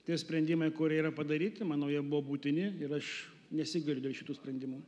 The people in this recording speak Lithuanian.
tie sprendimai kurie yra padaryti manau jie buvo būtini ir aš nesigailiu dėl šitų sprendimų